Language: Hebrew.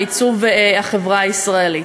על עיצוב החברה הישראלית.